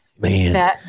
Man